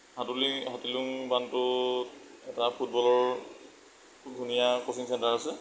হাতুলি হাতীলুং বান্ধটোত এটা ফুটবলৰ ধুনীয়া কোচিং চেণ্টাৰ আছে